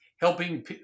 helping